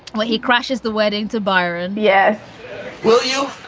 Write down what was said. well, he crashes the wedding to byron. yes well, you